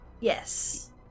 yes